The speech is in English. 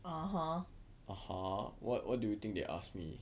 (uh huh)